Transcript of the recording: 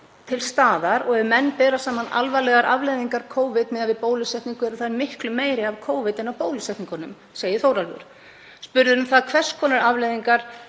til staðar og ef menn bera saman alvarlegar afleiðingar Covid miðað við bólusetningu eru þær miklu meiri af Covid en bólusetningunum,“ segir Þórólfur. Spurður um það um hvers konar alvarlegar